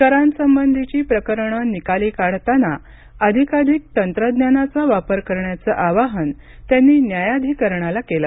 करांसंबधीची प्रकरणं निकाली काढताना अधिकाधिक तंत्रज्ञानाचा वापर करण्याचं आवाहन त्यांनी न्यायाधीकरणाला केलं